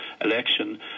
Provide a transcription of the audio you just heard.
election